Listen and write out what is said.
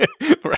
Right